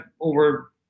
over